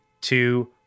Two